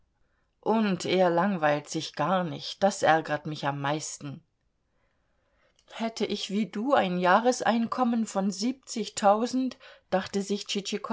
und er langweilt sich gar nicht das ärgert mich am meisten hätte ich wie du ein jahreseinkommen von siebzigtausend dachte sich